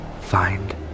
Find